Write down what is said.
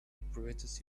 apparatus